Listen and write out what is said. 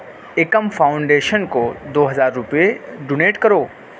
ایکم foundation کو دو ہزار روپئے ڈونیٹ کرو